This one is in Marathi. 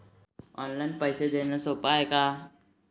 ऑनलाईन पैसे देण सोप हाय का?